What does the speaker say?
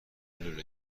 لوله